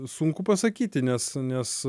sunku pasakyti nes nes